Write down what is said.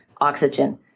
oxygen